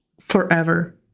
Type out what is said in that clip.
forever